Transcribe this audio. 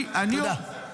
--- אבוטבול --- תודה.